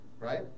right